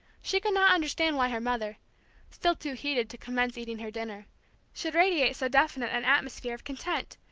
she could not understand why her mother still too heated to commence eating her dinner should radiate so definite an atmosphere of content,